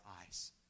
eyes